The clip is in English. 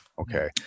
okay